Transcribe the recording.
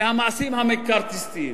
והמעשים המקארתיסטיים.